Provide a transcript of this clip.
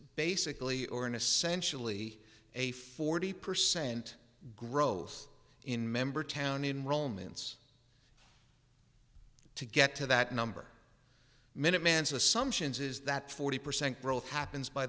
basically or in essentially a forty percent growth in member town in romance to get to that number minutemen's assumptions is that forty percent growth happens by